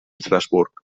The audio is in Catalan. estrasburg